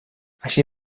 així